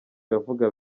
iravuga